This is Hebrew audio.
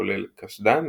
כולל קסדה,